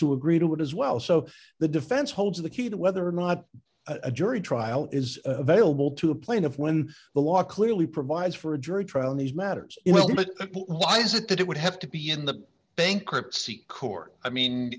to agree to it as well so the defense holds the key to whether or not a jury trial is available to a plaintiff when the law clearly provides for a jury trial in these matters but why is it that it would have to be in the bankruptcy court i mean